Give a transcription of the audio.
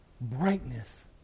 brightness